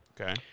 okay